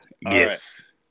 Yes